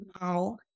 now